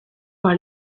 par